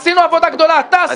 אתה עשית.